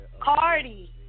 Cardi